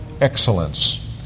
excellence